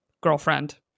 girlfriend